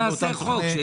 בוא נעשה חוק.